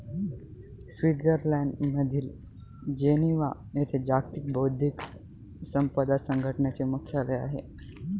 स्वित्झर्लंडमधील जिनेव्हा येथे जागतिक बौद्धिक संपदा संघटनेचे मुख्यालय आहे